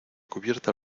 cubierta